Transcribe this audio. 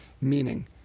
Meaning